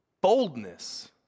Boldness